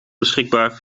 beschikbaar